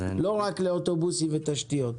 לא רק לאוטובוסים ותשתיות?